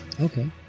Okay